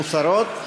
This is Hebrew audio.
מוסרות.